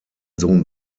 sohn